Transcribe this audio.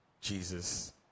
Jesus